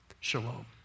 Shalom